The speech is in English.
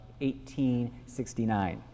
1869